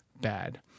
bad